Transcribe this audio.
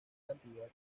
cantidad